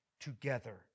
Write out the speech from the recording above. together